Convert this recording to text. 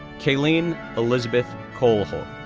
kailen elizabeth coelho,